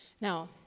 Now